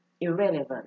irrelevant